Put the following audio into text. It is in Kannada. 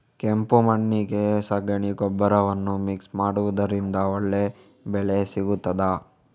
ಕೆಂಪು ಮಣ್ಣಿಗೆ ಸಗಣಿ ಗೊಬ್ಬರವನ್ನು ಮಿಕ್ಸ್ ಮಾಡುವುದರಿಂದ ಒಳ್ಳೆ ಬೆಳೆ ಸಿಗುತ್ತದಾ?